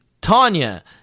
Tanya